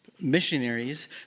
missionaries